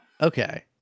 Okay